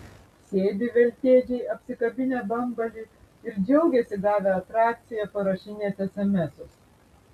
sėdi veltėdžiai apsikabinę bambalį ir džiaugiasi gavę atrakciją parašinėt esemesus